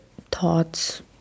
thoughts